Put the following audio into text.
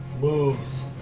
moves